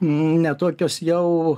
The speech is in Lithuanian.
ne tokios jau